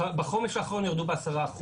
בחומש האחרון ירדו ב-10%.